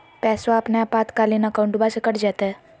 पैस्वा अपने आपातकालीन अकाउंटबा से कट जयते?